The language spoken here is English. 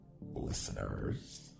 listeners